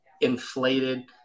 inflated